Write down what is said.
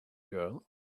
girl